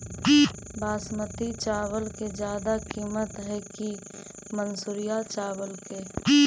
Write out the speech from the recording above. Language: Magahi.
बासमती चावल के ज्यादा किमत है कि मनसुरिया चावल के?